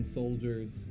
soldiers